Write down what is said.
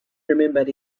remembered